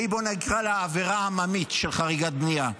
שהיא, בוא נקרא לה עבירה עממית של חריגת בנייה,